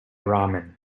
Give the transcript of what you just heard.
ramen